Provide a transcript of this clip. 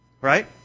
Right